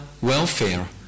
welfare